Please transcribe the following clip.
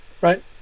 right